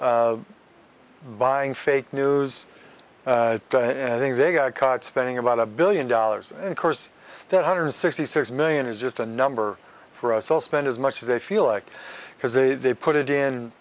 caught buying fake news and i think they got caught spending about a billion dollars in course that hundred sixty six million is just a number for us all spend as much as they feel like because they they put it in